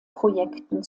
projekten